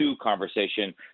conversation